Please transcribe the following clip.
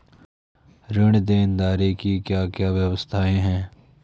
ऋण देनदारी की क्या क्या व्यवस्थाएँ हैं?